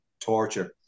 torture